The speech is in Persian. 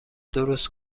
درست